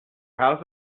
house